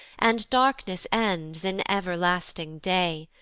and darkness ends in everlasting day,